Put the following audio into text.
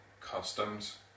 customs